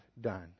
done